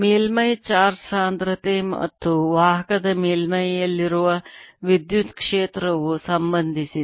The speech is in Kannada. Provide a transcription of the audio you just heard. ಮೇಲ್ಮೈ ಚಾರ್ಜ್ ಸಾಂದ್ರತೆ ಮತ್ತು ವಾಹಕದ ಮೇಲ್ಮೈಯಲ್ಲಿರುವ ವಿದ್ಯುತ್ ಕ್ಷೇತ್ರವು ಸಂಬಂಧಿಸಿದೆ